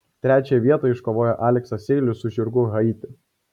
trečiąją vietą iškovojo aleksas seilius su žirgu haiti